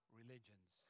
religions